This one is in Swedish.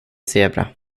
zebra